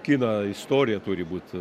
kino istorija turi būt